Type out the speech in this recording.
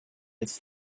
als